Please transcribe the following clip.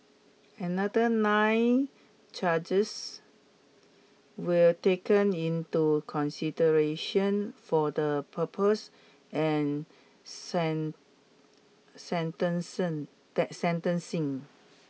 another nine charges were taken into consideration for the purpose and sentence that sentencing